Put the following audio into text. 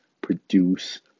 produce